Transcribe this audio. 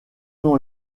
nom